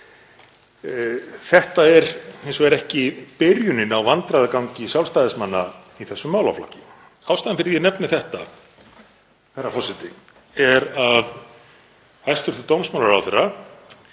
Þetta er hins vegar ekki byrjunin á vandræðagangi Sjálfstæðismanna í þessum málaflokki. Ástæðan fyrir ég nefni þetta, herra forseti, er að hæstv. dómsmálaráðherra